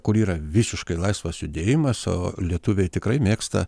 kur yra visiškai laisvas judėjimas o lietuviai tikrai mėgsta